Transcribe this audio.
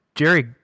jerry